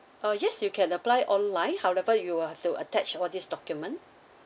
uh yes you can apply online however you will have to attach all these document